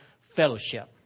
fellowship